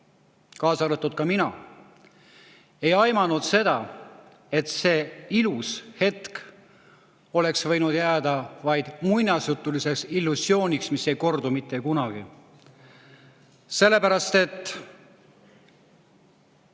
kaasa arvatud mina, ei aimanud, et see ilus hetk oleks võinud jääda vaid muinasjutuliseks illusiooniks, mis ei kordu mitte kunagi. Me seisime